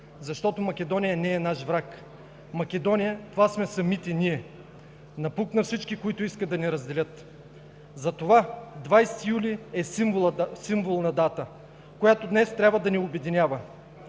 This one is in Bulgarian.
защото Македония не е наш враг, Македония, това сме самите ние, напук на всички, които искат да ни разделят. Затова 20 юли е символна дата, която днес трябва да ни обединява.